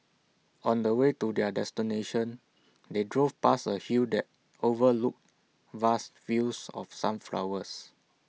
on the way to their destination they drove past A hill that overlooked vast fields of sunflowers